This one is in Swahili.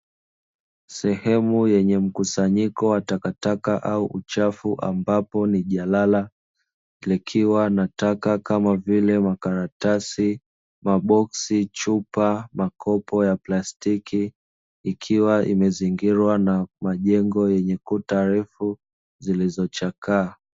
Sehemu yenye mkusanyiko wa takataka au uchafu ambapo ni jalala, likiwa na taka kama vile: makaratasi, maboksi, chupa, makopo ya plastiki, ikiwa imezingilwa na majengo yenye kuta refu zilizochakaa.